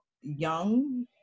young